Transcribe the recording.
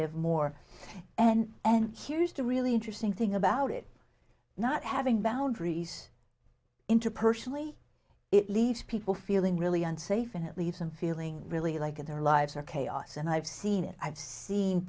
of more and and here's the really interesting thing about it not having boundaries interpersonally it leaves people feeling really unsafe and it leaves them feeling really like their lives are chaos and i've seen it i've see